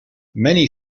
many